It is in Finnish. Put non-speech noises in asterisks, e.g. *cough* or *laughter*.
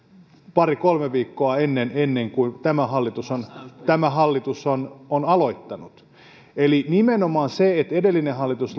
pari kolme viikkoa ennen ennen kuin tämä hallitus on on aloittanut eli nimenomaan se että edellinen hallitus *unintelligible*